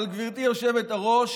אבל גברתי היושבת-ראש,